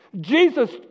Jesus